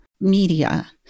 media